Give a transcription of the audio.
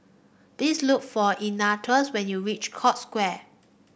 please look for Ignatius when you reach Scotts Square